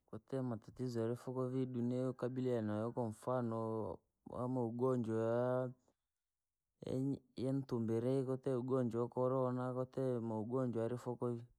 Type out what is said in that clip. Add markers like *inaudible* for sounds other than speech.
Kwatite matatizo yalikufuu dunia hii kabiliana, kwamfano *hesitation* wamagonjwa, yaani yaani tumbile ukuti ugonjwa, corona, kwatite mugonjwa yarifoko vii.